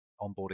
onboarding